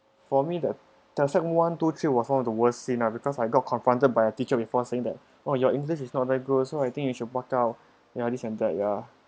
for me that sec~ one two three was one of the worst scene ah because I got confronted by a teacher before saying that oh your english is not that good so I think you should buck up ya this and that ya